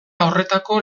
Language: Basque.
horretako